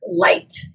light